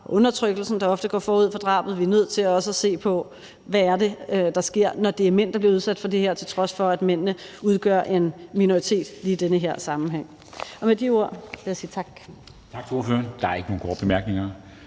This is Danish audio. på undertrykkelsen, der ofte går forud for drabet. Vi er nødt til også at se på, hvad det er, der sker, når det er mænd, der bliver udsat for det her, til trods for at mændene udgør en minoritet i den her sammenhæng. Og med de ord vil jeg sige tak.